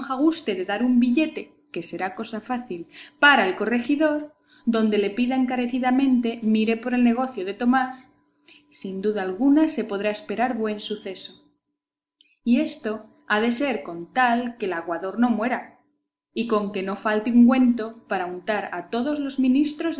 guste de dar un billete que será cosa fácil para el corregidor donde le pida encarecidamente mire por el negocio de tomás sin duda alguna se podrá esperar buen suceso y esto ha de ser con tal que el aguador no muera y con que no falte ungüento para untar a todos los ministros